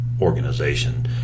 organization